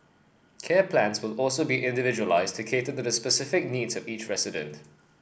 care plans will also be individualised to cater to the specific needs of each resident